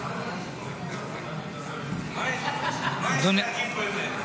מה יש להגיד באמת?